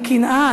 מקנאה,